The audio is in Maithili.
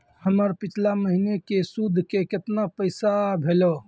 हमर पिछला महीने के सुध के केतना पैसा भेलौ?